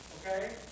Okay